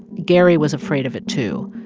gary was afraid of it too.